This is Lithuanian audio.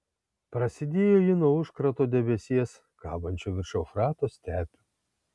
prasidėjo ji nuo užkrato debesies kabančio virš eufrato stepių